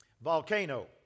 Volcano